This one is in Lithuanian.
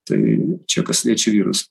tai čia kas liečia vyrus